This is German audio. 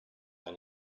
ein